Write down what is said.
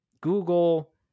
google